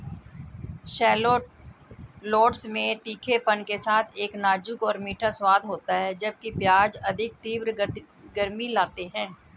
shallots में तीखेपन के साथ एक नाजुक और मीठा स्वाद होता है, जबकि प्याज अधिक तीव्र गर्मी लाते हैं